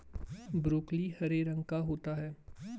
broccoli हरे रंग का होता है